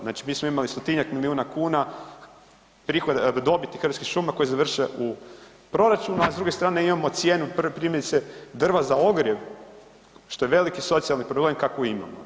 Znači mi smo imali 100-tinjak milijuna kuna prihoda, dobiti Hrvatski šuma koje završe u proračunu, a s druge strane imamo cijenu primjerice drva za ogrjev što je veliki socijalni problem, kakvu imamo.